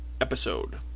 episode